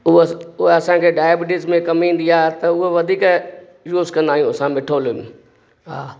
उहो उहो असांखे डाइबिटीज़ में कम ईंदी आहे त उहो वधीक यूज़ कंदा आहियूं असां मिठो लिम हा